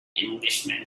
englishman